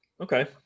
Okay